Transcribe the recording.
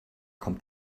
kommt